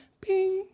Bing